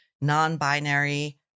non-binary